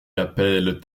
appellent